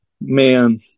man